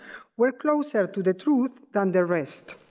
were closer to the truth than the rest.